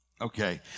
Okay